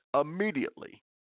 immediately